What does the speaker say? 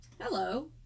hello